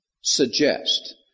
suggest